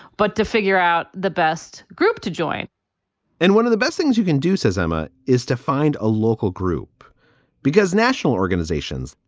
but to figure out the best group to join in one of the best things you can do, says emma, is to find a local group because national organizations,